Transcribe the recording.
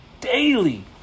daily